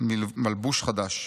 מלבוש חדש.